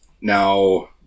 Now